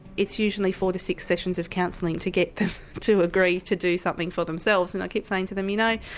it's usually four to six sessions of counselling to get them to agree to do something for themselves and i keep saying to them you know,